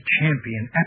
champion